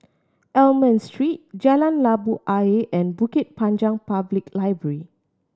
Almond Street Jalan Labu Ayer and Bukit Panjang Public Library